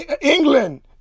England